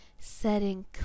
setting